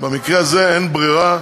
במקרה הזה אין ברירה,